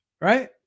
right